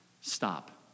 stop